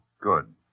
Good